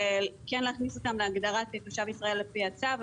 להכניס אותם להגדרת תושב ישראל לפי הצו.